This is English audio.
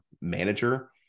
manager